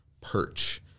perch